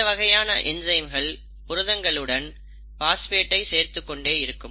இந்த வகையான என்சைம்கள் புரதங்களுடன் பாஸ்பேட் ஐ சேர்த்துக் கொண்டே இருக்கும்